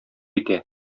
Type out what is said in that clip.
итә